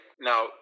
Now